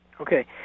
Okay